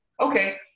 Okay